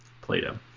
Plato